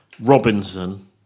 Robinson